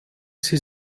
sie